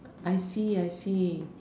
I see I see